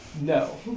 No